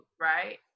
right